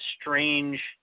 strange